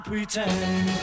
Pretend